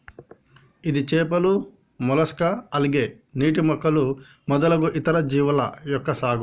ఇది చేపలు, mollusca, algae, నీటి మొక్కలు మొదలగు ఇతర జీవుల యొక్క సాగు